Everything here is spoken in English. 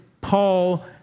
Paul